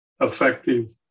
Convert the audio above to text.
effective